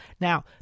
Now